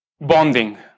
bonding